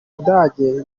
budage